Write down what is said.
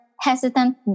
hesitant